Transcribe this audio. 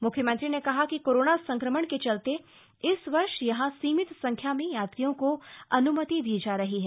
मुख्यमंत्री ने कहा कि कोरोना संक्रमण के चलते इस वर्ष यहां सीमित संख्या में यात्रियों को अनुमति दी जा रही है